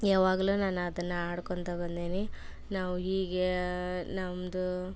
ಯಾವಾಗಲೂ ನಾನು ಅದನ್ನ ಆಡ್ಕೊತ ಬಂದೀನಿ ನಾವು ಹೀಗೆ ನಮ್ಮದು